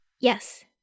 Yes